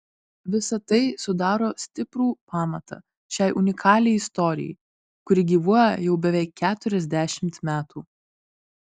visa tai sudaro stiprų pamatą šiai unikaliai istorijai kuri gyvuoja jau beveik keturiasdešimt metų